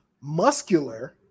muscular